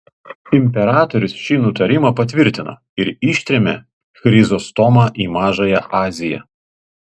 imperatorius šį nutarimą patvirtino ir ištrėmė chrizostomą į mažąją aziją